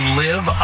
live